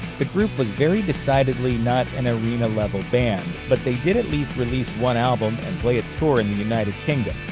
the group was very decidedly not an arena-level band, but they did at least release one album and play a tour in the united kingdom.